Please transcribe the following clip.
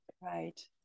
right